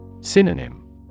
Synonym